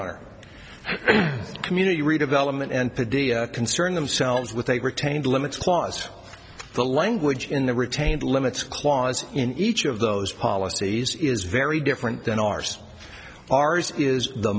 our community redevelopment and put the concern themselves with a retained limits clause the language in the retained limits clause in each of those policies is very different than ours ours is the